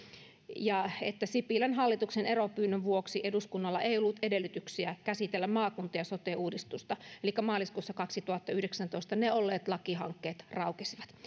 että sipilän hallituksen eronpyynnön vuoksi eduskunnalla ei ollut edellytyksiä käsitellä maakunta ja sote uudistusta elikkä maaliskuussa kaksituhattayhdeksäntoista ne olleet lakihankkeet raukesivat